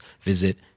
visit